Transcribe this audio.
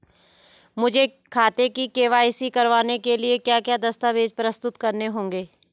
मुझे खाते की के.वाई.सी करवाने के लिए क्या क्या दस्तावेज़ प्रस्तुत करने होंगे?